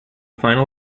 final